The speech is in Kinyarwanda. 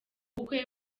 bukwe